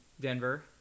denver